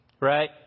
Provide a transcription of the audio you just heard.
Right